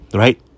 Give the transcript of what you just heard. right